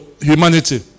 Humanity